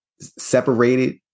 separated